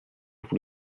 vous